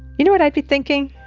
you know what i be thinking?